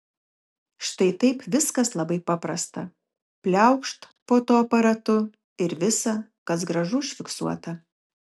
štai taip viskas labai paprasta pliaukšt fotoaparatu ir visa kas gražu užfiksuota